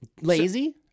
Lazy